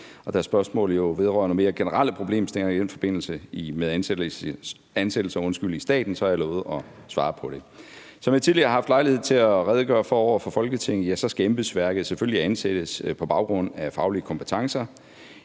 og da spørgsmålet vedrører nogle mere generelle problemstillinger i forbindelse med ansættelser i staten, har jeg lovet at svare på det. Som jeg tidligere har haft lejlighed til at redegøre for over for Folketinget, skal embedsværket selvfølgelig ansættes på baggrund af faglige kompetencer.